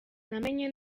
namenye